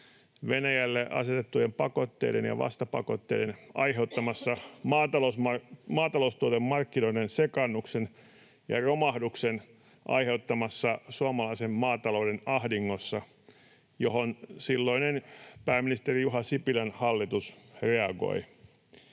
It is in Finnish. Venäjälle asetettujen pakotteiden ja vastapakotteiden aiheuttamassa maataloustuotemarkkinoiden sekaannuksen ja romahduksen aiheuttamassa suomalaisen maatalouden ahdingossa, johon silloinen pääministeri Juha Sipilän hallitus reagoi.